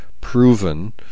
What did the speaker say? proven